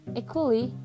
equally